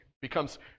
Becomes